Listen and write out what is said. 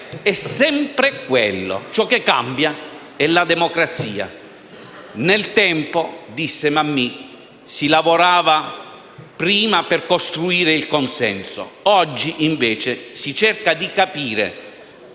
è sempre quello, ciò che cambia è la democrazia. Mammì disse: nel tempo, si lavorava prima per costruire il consenso; oggi invece si cerca di capire